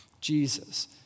Jesus